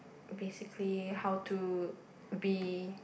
basically how to be